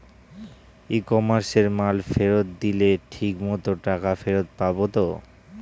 ই কমার্সে মাল ফেরত দিলে ঠিক মতো টাকা ফেরত পাব তো?